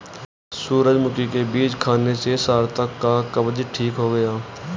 सूरजमुखी के बीज खाने से सार्थक का कब्ज ठीक हो गया